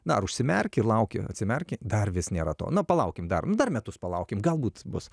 na ar užsimerki ir lauki atsimerki dar vis nėra to na palaukim dar dar metus palaukim galbūt bus